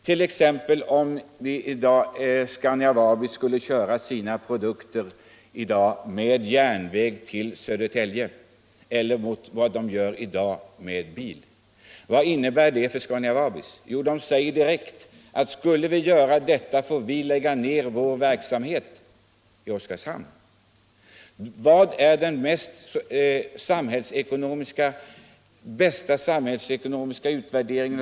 Vad skulle det innebära om Scania-Vabis skulle överföra sina transporter, som i dag sker per bil, till järnvägen? Jo, man säger på företaget att om man skulle övergå till järnvägstransporter, så blev man tvungen att lägga ner verksamheten i Oskarshamn. Vad är under sådana förhållanden den bästa samhällsekonomiska utvärderingen?